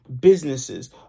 businesses